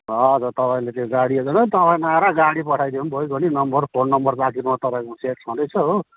हजुर तपाईँले त्यो गाडी नत्र तपाईँ नआएर गाडी पठाइदियो भने पनि भइगयो नि नम्बर फोन नम्बर त आखिरमा तपाईँकोमा सेभ छँदैछ हो